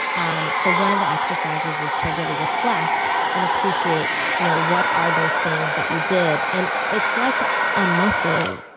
um so one of the exercises is to really reflect and appreciate you know what are those things that you did, and it's like a muscle,